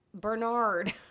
Bernard